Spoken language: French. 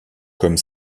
comme